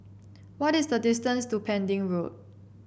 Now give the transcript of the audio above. what is the distance to Pending Road